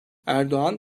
erdoğan